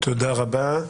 תודה רבה.